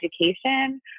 education